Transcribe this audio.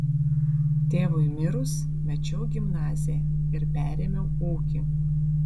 tėvui mirus mečiau gimnaziją ir perėmiau ūkį